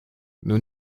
nous